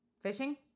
Fishing